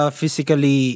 physically